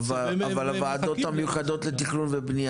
אבל הוועדות המיוחדות לתכנון ובניה